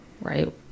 right